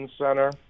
center